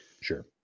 Sure